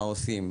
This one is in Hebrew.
מה עושים?